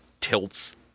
tilts